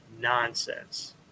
Nonsense